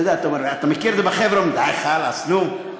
אתה מכיר את זה, בחבר'ה: אומרים די, חאלס, נו.